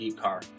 car